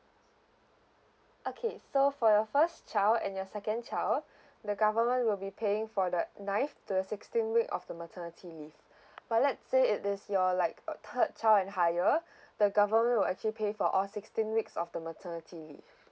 okay so for your first child and your second child the government will be paying for the ninth to the sixteenth week of the maternity leave but let's say it is your like a third child and higher the government will actually pay for all sixteen weeks of the maternity leave